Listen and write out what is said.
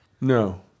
No